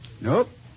Nope